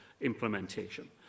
implementation